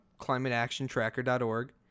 climateactiontracker.org